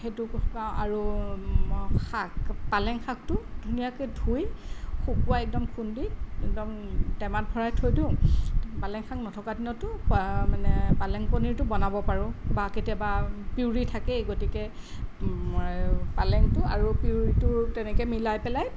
সেইটো শুকোৱাওঁ আৰু শাক পালেং শাকটো ধুনীয়াকৈ ধুই শুকোৱাই একদম খুন্দি একদম টেমাত ভৰাই থৈ দিওঁ পালেং শাক নথকা দিনতো খোৱা মানে পালেং পনিৰটো বনাব পাৰোঁ আৰু বা কেতিয়াবা পিউৰি থাকেই গতিকে পালেংটো আৰু পিউৰিটো তেনেকৈ মিলাই পেলাই